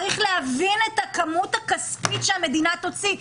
צריך להבין את הכמות הכספית שהמדינה תוציא,